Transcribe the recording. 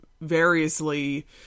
variously